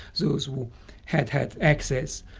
those who had had access,